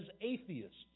atheists